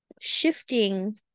Shifting